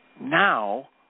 Now